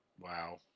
Wow